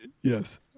Yes